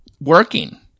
working